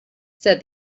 said